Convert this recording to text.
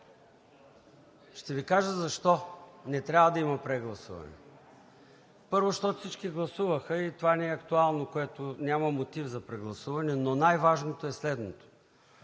ще Ви кажа защо не трябва да има прегласуване. Първо, защото всички гласуваха и това не е актуално, няма мотив за прегласуване. Но най-важното е следното: